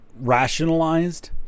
rationalized